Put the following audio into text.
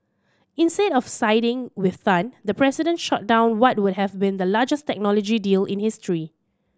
instead of siding with Tan the president shot down what would have been the largest technology deal in history